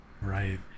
Right